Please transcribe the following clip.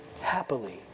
happily